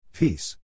Peace